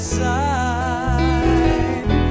side